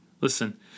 Listen